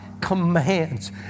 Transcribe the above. commands